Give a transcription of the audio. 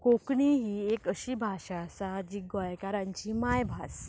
कोंकणी ही एक अशी भाशा आसा जी गोंयकारांची मायभास